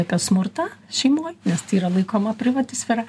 apie smurtą šeimoj nes tai yra laikoma privati sfera